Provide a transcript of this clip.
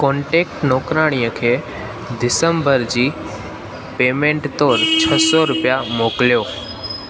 contact नौकराणीअ खे दिसंबर जी पेमेंट तौरु छ्ह सौ रुपिया मोकलियो